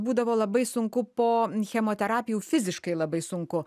būdavo labai sunku po chemoterapijų fiziškai labai sunku